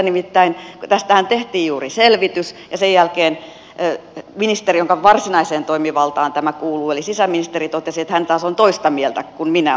nimittäin tästähän tehtiin juuri selvitys ja sen jälkeen ministeri jonka varsinaiseen toimivaltaan tämä kuuluu eli sisäministeri totesi että hän taas on toista mieltä kuin minä olen